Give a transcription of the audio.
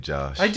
Josh